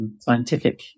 scientific